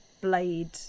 blade